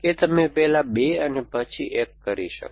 કે તમે પહેલા 2 અને પછી 1 કરી શકો